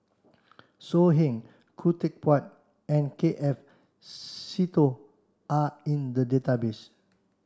So Heng Khoo Teck Puat and K F Seetoh are in the database